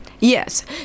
Yes